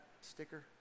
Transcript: sticker